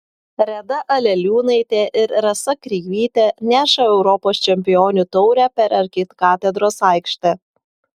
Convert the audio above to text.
reda aleliūnaitė ir rasa kreivytė neša europos čempionių taurę per arkikatedros aikštę